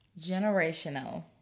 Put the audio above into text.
generational